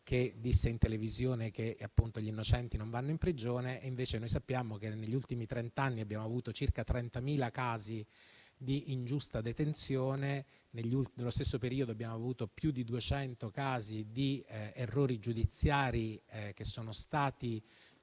che disse in televisione che gli innocenti non vanno in prigione. Invece noi sappiamo che negli ultimi trent'anni abbiamo avuto circa 30.000 casi di ingiusta detenzione; nello stesso periodo abbiamo avuto più di 200 casi di errori giudiziari accertati.